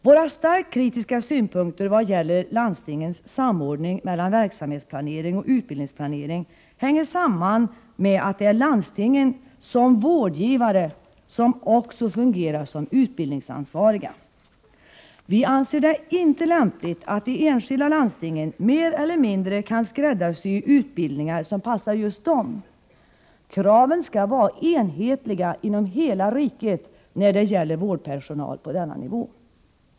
Våra starkt kritiska synpunkter i vad gäller landstingens samordning mellan verksamhetsplanering och utbildningsplanering hänger samman med, att det är landstingen som vårdgivare, som också fungerar som utbildningsansvariga. Vi anser det inte lämpligt att de enskilda landstingen mer eller mindre kan skräddarsy utbildningar, som passar just dem. Kraven skall vara enhetliga inom hela riket när det gäller vårdpersonal på denna nivå.